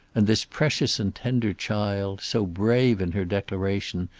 and this precious and tender child, so brave in her declaration,